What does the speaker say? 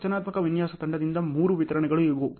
ರಚನಾತ್ಮಕ ವಿನ್ಯಾಸ ತಂಡದಿಂದ ಮೂರು ವಿತರಣೆಗಳು ಇವು